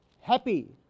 happy